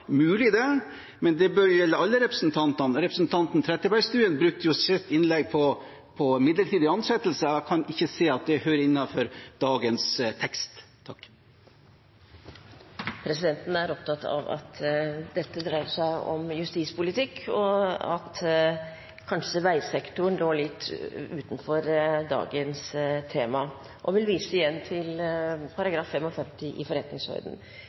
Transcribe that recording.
Mulig det, men det bør jo gjelde alle representantene. Representanten Trettebergstuen brukte sitt innlegg på midlertidige ansettelser, og jeg kan ikke se at det hører hjemme innenfor dagens tekst. Presidenten er opptatt av at dette dreier seg om justispolitikk, og at veisektoren kanskje lå litt utenfor dagens tema, og vil igjen vise til § 55 i